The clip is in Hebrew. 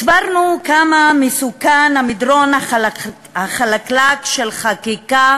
הסברנו כמה מסוכן המדרון החלקלק של חקיקה